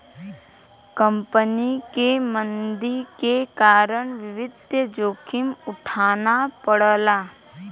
company क मंदी के कारण वित्तीय जोखिम उठाना पड़ला